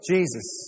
Jesus